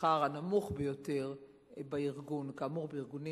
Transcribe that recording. לשכר הנמוך ביותר בארגון, כאמור, בארגונים